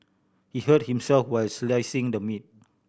he hurt himself while slicing the meat